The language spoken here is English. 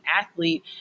athlete